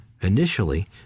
initially